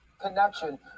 connection